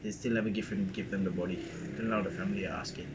they still never give them the body till now the family are asking